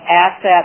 assets